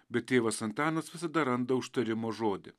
bet tėvas antanas visada randa užtarimo žodį